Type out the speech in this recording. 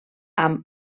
amb